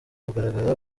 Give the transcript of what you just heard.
kugaragara